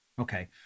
Okay